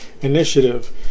initiative